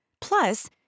Plus